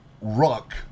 rock